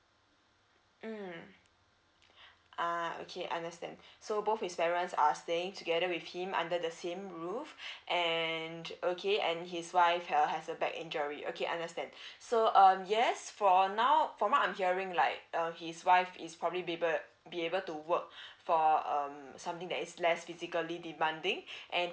mm ah okay understand so both his parents are staying together with him under the same roof and okay and his wife uh has a back injury okay understand so um yes for now for what I'm hearing like uh his wife is probably be able uh be able to work for um something that is less physically demanding and